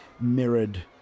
mirrored